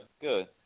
good